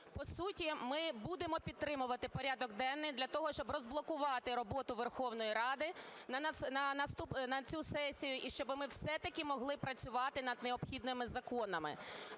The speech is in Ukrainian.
По суті, ми будемо підтримувати порядок денний для того, щоб розблокувати роботу Верховної Ради на цю сесії і щоби ми все-таки могли працювати над необхідними законами.